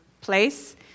place